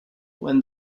when